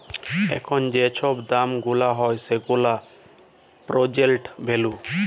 এখল যে ছব দাম গুলা হ্যয় সেগুলা পের্জেল্ট ভ্যালু